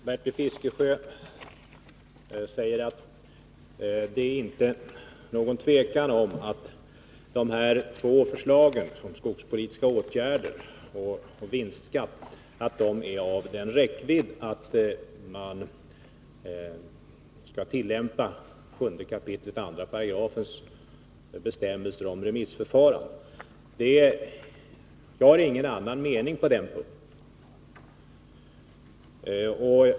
Herr talman! Bertil Fiskesjö säger att det inte råder något tvivel om att de här två förslagen, om skogspolitiska åtgärder och om vinstskatt, är av en sådan räckvidd att man skall tillämpa bestämmelserna i 7 kap. 2§ om remissförfarande. Jag har ingen annan mening på den punkten.